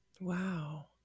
Wow